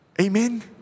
Amen